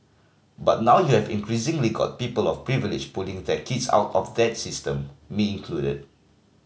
but now you have increasingly got people of privilege pulling their kids out of that system me included